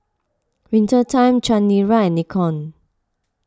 Winter Time Chanira and Nikon